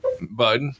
bud